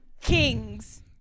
kings